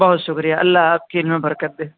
بہت شکریہ اللہ حافظے میں برکت دے